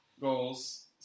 goals